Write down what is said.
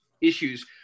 issues